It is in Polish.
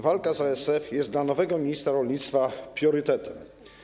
Walka z ASF jest dla nowego ministra rolnictwa priorytetem.